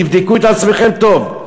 תבדקו את עצמכם טוב,